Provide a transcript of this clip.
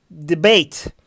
debate